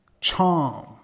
charm